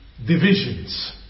Divisions